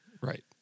Right